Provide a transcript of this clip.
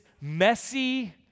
messy